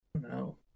No